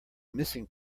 missing